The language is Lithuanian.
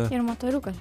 ir motoriukas